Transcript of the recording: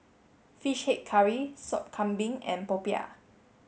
fish head curry sop Kambing and Popiah